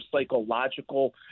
psychological